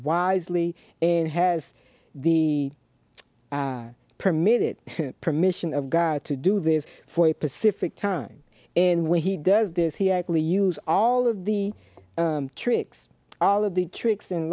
wisely and has the permitted permission of god to do this for a pacific time and when he does this he actually use all of the tricks all of the tricks